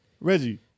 Reggie